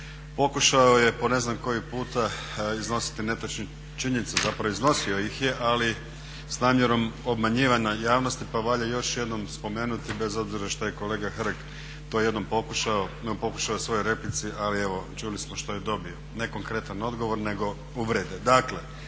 pokušao je po ne znam koji puta iznositi netočne činjenice. Zapravo iznosio ih je, ali s namjerom obmanjivanja javnosti pa valja još jednom spomenuti bez obzira što je kolega Hrg to jednom pokušao u svojoj replici ali evo čuli smo što je dobio, ne konkretan odgovor nego uvrede.